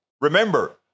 Remember